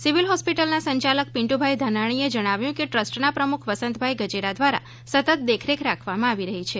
civil હોસ્પિટલના સંચાલક પિન્ટભાઇ ધાનાણીએ જણાવ્યું કે ટ્રસ્ટના પ્રમુખ વસંતભાઇ ગજેરા દ્વારા સતત દેખરેખ રાખવામાં આવી રહી છે